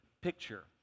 picture